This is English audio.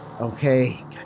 Okay